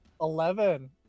Eleven